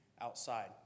outside